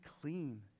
clean